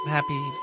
Happy